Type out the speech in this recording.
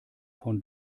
von